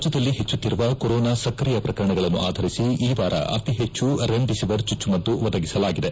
ರಾಜ್ಲದಲ್ಲಿ ಹೆಚ್ಚುತ್ತಿರುವ ಕೊರೊನಾ ಸ್ಕ್ರಿಯ ಪ್ರಕರಣಗಳನ್ನು ಆಧರಿಸಿ ಈ ವಾರ ಅತಿಹೆಚ್ಚು ರೆಮೆಡಿಸಿವಿರ್ ಚುಚ್ಚುಮದ್ದು ಒದಗಿಸಲಾಗಿದೆ